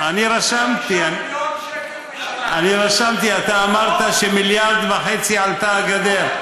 אני רשמתי, אתה אמרת שמיליארד וחצי עלתה הגדר.